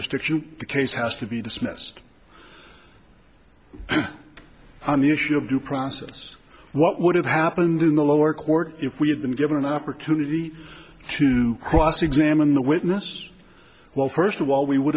the case has to be dismissed on the issue of due process what would have happened in the lower court if we had been given an opportunity to cross examine the witness well first of all we would